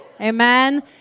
Amen